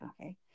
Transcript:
Okay